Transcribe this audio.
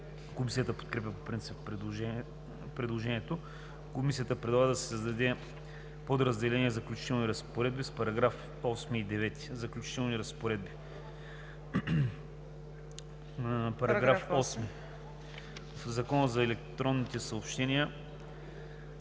Комисията подкрепя по принцип предложението. Комисията предлага да се създаде подразделение „Заключителни разпоредби“ с § 8 и 9: „Заключителни разпоредби § 8. В Закона за електронните съобщения